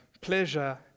pleasure